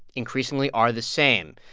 increasingly are the same.